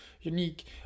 unique